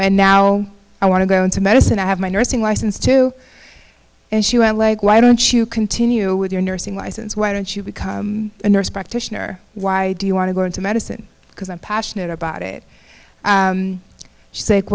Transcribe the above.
and now i want to go into medicine i have my nursing license to and she was like why don't you continue with your nursing license why don't you become a nurse practitioner why do you want to go into medicine because i'm passionate about it